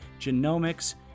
genomics